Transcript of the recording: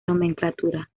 nomenclatura